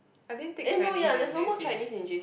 I didn't take Chinese in j_c